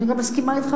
אני גם מסכימה אתך